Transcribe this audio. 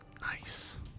Nice